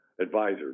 advisor